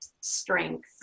strength